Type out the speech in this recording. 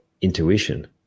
intuition